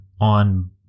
on